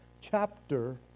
chapter